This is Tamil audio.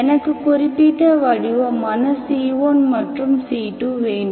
எனக்கு குறிப்பிட்ட வடிவமான c1 மற்றும் c2வேண்டும்